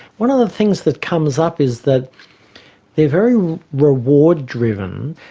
one of the things that comes up is that they're very reward-driven.